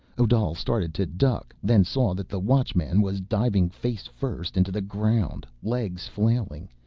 odal started to duck, then saw that the watchman was diving face-first into the ground, legs flailing,